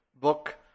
book